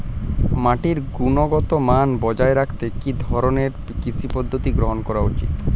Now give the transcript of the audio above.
মাটির গুনগতমান বজায় রাখতে কি ধরনের কৃষি পদ্ধতি গ্রহন করা উচিৎ?